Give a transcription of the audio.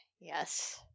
Yes